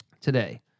today